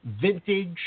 vintage